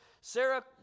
Sarah